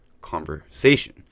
conversation